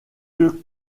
deux